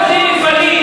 אתם סוגרים מפעלים.